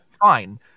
Fine